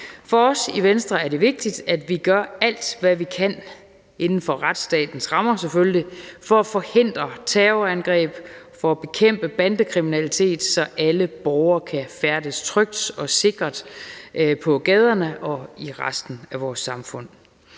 For os i Venstre er det vigtigt, at vi gør alt, hvad vi kan – inden for retsstatens rammer selvfølgelig – for at forhindre terrorangreb og for at bekæmpe bandekriminalitet, så alle borgere kan færdes trygt og sikkert på gaderne og i resten af vores samfund.